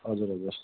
हजुर हजुर